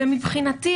מבחינתי,